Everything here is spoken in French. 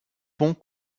ponts